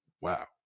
wow